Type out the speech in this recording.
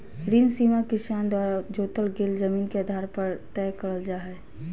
ऋण सीमा किसान द्वारा जोतल गेल जमीन के आधार पर तय करल जा हई